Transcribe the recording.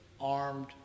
armed